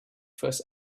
first